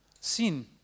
Sin